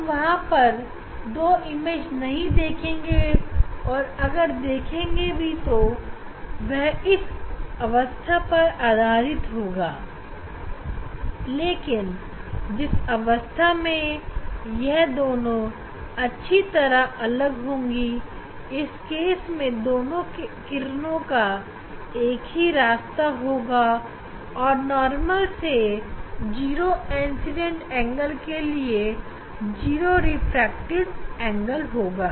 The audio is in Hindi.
हमें वहां पर दो इमेज नहीं दिखेगी और अगर दिखेंगी भी तो वह अवस्था पर आधारित होगा लेकिन जिस अवस्था में यह दोनों अच्छी तरह अलग होंगी और इस केस में दोनों किरणों का एक ही रास्ता होगा और नॉर्मल के हिसाब से 0 इंसीडेंट एंगल के लिए 0 रिफ्रैक्टेड एंगल होगा